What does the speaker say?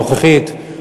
הנוכחית,